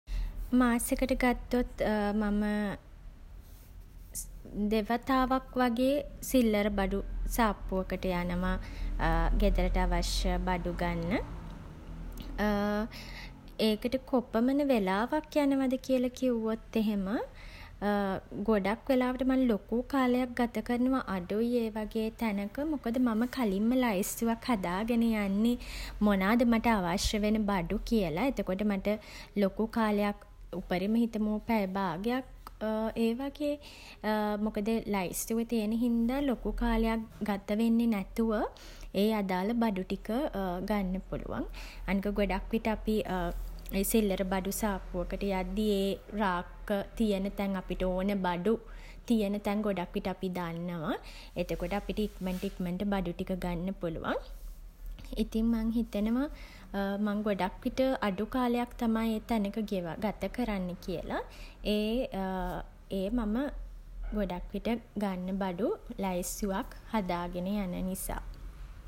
මාසෙකට ගත්තොත් මම දෙවතාවක් වගේ සිල්ලර බඩු සාප්පුවකට යනවා ගෙදරට අවශ්‍ය බඩු ගන්න. ඒකට කොපමණ වෙලාවක් යනවද කියල කිව්වොත් එහෙම ගොඩක් වෙලාවට මං ලොකූ කාලයක් ගත කරනව අඩුයි ඒ වගේ තැනක. මොකද මම කලින්ම ලැයිස්තුවක් හදාගෙන යන්නේ මොනාද මට අවශ්‍ය වෙන බඩු කියල. එතකොට මට ලොකු කාලයක් උපරිම හිතමු පැය බාගයක් ඒ වගේ. මොකද ලයිස්තුව තියෙන හින්දා ලොකු කාලයක් ගත වෙන්නේ නැතුව ඒ අදාළ බඩු ටික ගන්න පුළුවන්. අනික ගොඩක් විට අපි ඒ සිල්ලර බඩු සාප්පුවකට යද්දි ඒ රාක්ක තියෙන තැන් අපිට ඕන බඩු තියෙන තැන් ගොඩක් විට අපි ගොඩක් දන්නවා. එතකොට අපිට ඉක්මනට ඉක්මනට ඒ බඩු ටික ගන්න පුළුවන්. ඉතින් මං හිතනවා මං ගොඩක් විට අඩු කාලයක් තමයි ඒ තැනක ගත කරන්නේ කියලා. ඒ ඒ මම ගොඩක් විට ගන්න බඩු ලැයිස්තුවක් හදාගෙන යන නිසා.